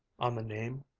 on the name,